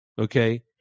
okay